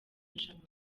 rushanwa